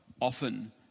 often